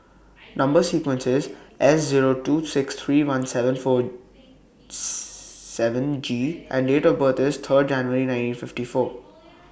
Number sequence IS S Zero two six three one seven four seven G and Date of birth IS Third January nineteen fifty four